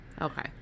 Okay